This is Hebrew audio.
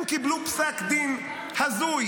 הם קיבלו פסק דין הזוי,